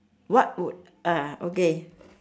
what would ah okay